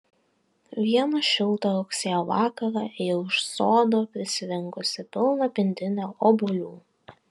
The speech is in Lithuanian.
vieną šiltą rugsėjo vakarą ėjau iš sodo prisirinkusi pilną pintinę obuolių